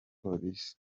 polisi